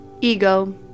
Ego